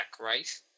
right